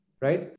right